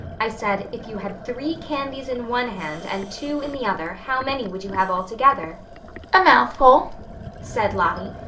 i said, if you had three candies in one hand and two in the other, how many would you have altogether a mouthful said lottie.